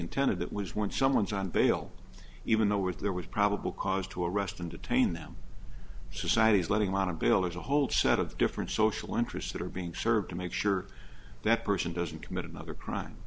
intended that was when someone's on bail even though with there was probable cause to arrest and detain them society is letting lot of billers a whole set of different social interests that are being served to make sure that person doesn't commit another crime